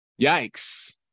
yikes